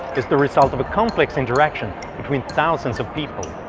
is the result of complex interaction between thousands of people.